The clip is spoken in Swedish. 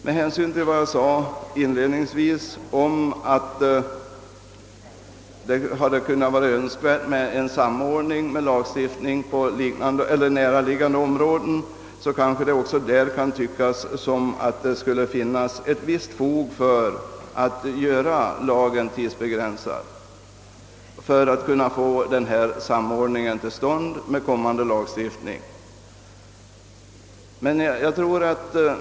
Med hänsyn till vad jag inledningsvis sade om att det hade varit önskvärt med en samordning av lagstiftningen på näraliggande områden kanske det kan tyckas som om det fanns visst fog för en tidsbegränsning. Därmed skulle man kunna få till stånd en samordning med kommande lagstiftning.